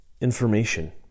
information